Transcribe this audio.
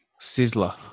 sizzler